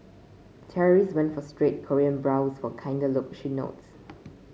terrorist went for straight Korean brows for kinder look she notes